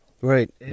Right